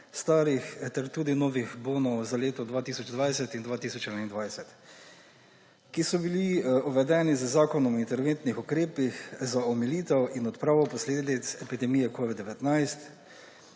starih ter tudi novih bonov za leti 2020 in 2021, ki so bili uvedeni z zakonom o interventnih ukrepih za omilitev in odpravo posledic epidemije covid-19.